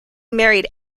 married